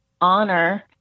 honor